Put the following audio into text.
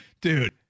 Dude